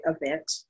event